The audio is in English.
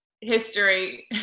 history